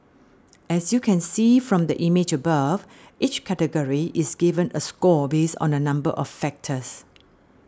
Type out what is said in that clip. as you can see from the image above each category is given a score based on a number of factors